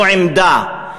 זו עמדה.